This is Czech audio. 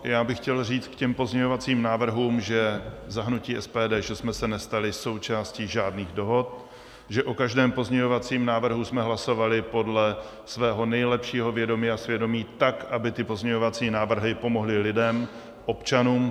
Já bych chtěl k těm pozměňovacím návrhům říci za hnutí SPD, že jsme se nestali součástí žádných dohod, že o každém pozměňovacím návrhu jsme hlasovali podle svého nejlepšího vědomí a svědomí tak, aby ty pozměňovací návrhy pomohly lidem, občanům.